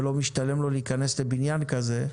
ולא משתלם לו להיכנס לבניין כזה.